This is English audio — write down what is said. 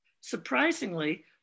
Surprisingly